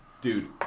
Dude